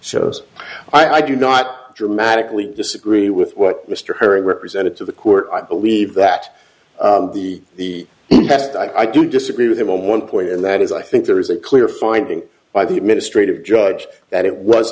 shows i do not dramatically disagree with what mr herring represented to the court i believe that the the best i do disagree with him on one point and that is i think there is a clear finding by the administrative judge that it was